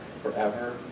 forever